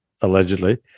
allegedly